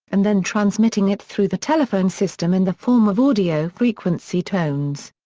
and then transmitting it through the telephone system in the form of audio-frequency tones.